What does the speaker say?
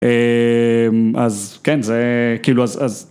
אז כן, זה כאילו אז...